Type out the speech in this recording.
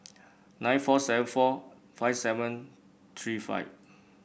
nine four seven four five seven three five